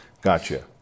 gotcha